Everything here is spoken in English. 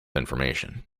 information